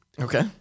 Okay